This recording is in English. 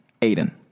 Aiden